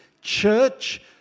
Church